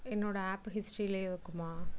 என்னோடய ஆப் ஹிஸ்ட்ரிலேயே இருக்குமா